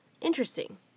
Interesting